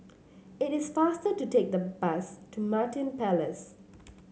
it is faster to take the bus to Martin Palace